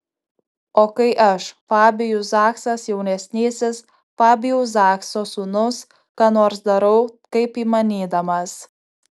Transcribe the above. o kai aš fabijus zachsas jaunesnysis fabijaus zachso sūnus ką nors darau kaip įmanydamas